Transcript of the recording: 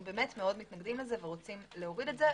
אנו באמת מאוד מתנגדים לזה ורוצים להוריד את זה,